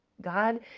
God